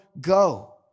go